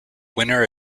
winner